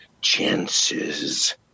chances